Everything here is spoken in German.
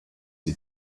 die